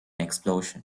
explosion